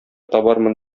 табармын